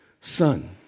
son